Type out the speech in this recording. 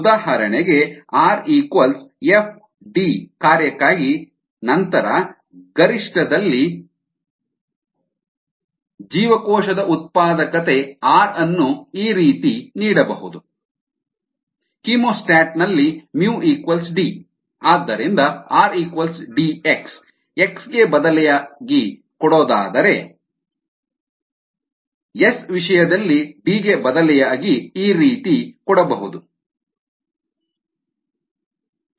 ಉದಾಹರಣೆಗೆ R f ಕಾರ್ಯಕ್ಕಾಗಿ ನಂತರ ಗರಿಷ್ಠದಲ್ಲಿ dRdD0d2RdD20 ಜೀವಕೋಶದ ಉತ್ಪಾದಕತೆ R ಅನ್ನು ಈ ರೀತಿ ನೀಡಬಹುದು R μx ಕೀಮೋಸ್ಟಾಟ್ ನಲ್ಲಿ D ಆದ್ದರಿಂದ R Dx x ಗೆ ಬದಲಿಯಾಗಿ ಕೊಡೋದಾದರೆ R DYxs Substituting for S in terms of D S ವಿಷಯದಲ್ಲಿ D ಗೆ ಬದಲಿಯಾಗಿ R DYxsSi